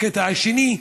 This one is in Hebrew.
בקטע השני,